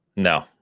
No